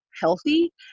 healthy